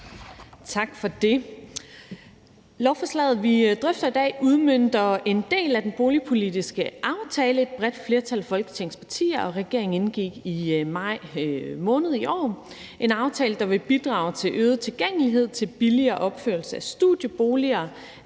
Tak for det. Lovforslaget, vi drøfter i dag, udmønter en del af den boligpolitiske aftale, som et bredt flertal af Folketingets partier og regeringen indgik i maj måned i år. Det er en aftale, der vil bidrage til øget en tilgængelighed, til billigere opførelse af studieboliger,